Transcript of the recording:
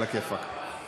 עלא כיפאק.